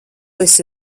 esi